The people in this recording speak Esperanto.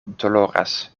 doloras